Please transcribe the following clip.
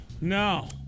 No